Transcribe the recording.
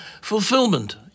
fulfillment